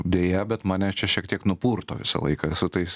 deja bet mane čia šiek tiek nupurto visą laiką su tais